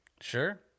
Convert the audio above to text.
Sure